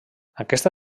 aquesta